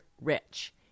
rich